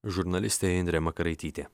žurnalistė indrė makaraitytė